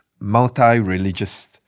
multi-religious